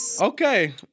okay